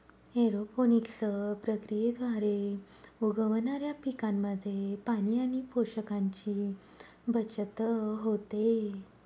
aeroponics प्रक्रियेद्वारे उगवणाऱ्या पिकांमध्ये पाणी आणि पोषकांची बचत होते